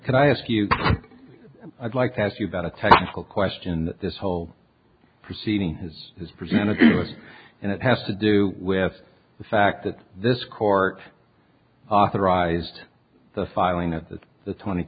could i ask you i'd like to ask you about a technical question that this whole proceeding has has presented and it has to do with the fact that this court authorized the filing of the the twenty